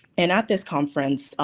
and at this conference,